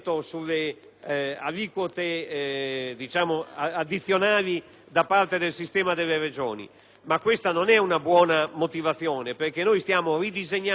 da parte del sistema delle Regioni, ma questa non è una buona motivazione. Noi, infatti, stiamo ridisegnando un sistema nel suo complesso e dovremmo cogliere tutte le opportunità